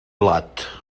blat